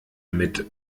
mit